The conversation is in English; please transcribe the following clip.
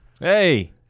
Hey